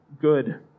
good